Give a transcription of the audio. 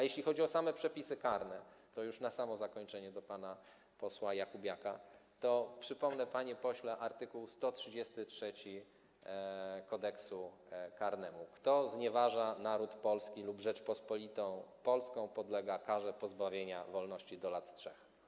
Jeśli chodzi o same przepisy karne, na samo zakończenie zwracam się do pana posła Jakubiaka, to przypomnę, panie pośle, art. 133 Kodeksu karnego: kto znieważa naród polski lub Rzeczpospolitą Polską, podlega karze pozbawienia wolności do lat 3.